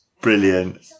brilliant